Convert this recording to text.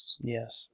Yes